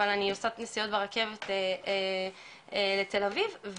אבל אני עושה נסיעות ברכבת לתל אביב.